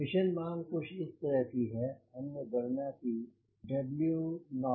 mission मांग कुछ इस तरह की है हमने गणना की T0